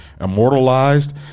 immortalized